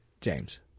James